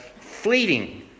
fleeting